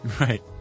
Right